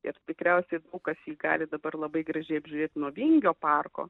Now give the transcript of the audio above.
ir tikriausiai o kas ji gali dabar labai gražiai apžiūrėti nuo vingio parko